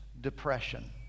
depression